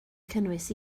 cynnwys